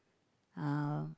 uh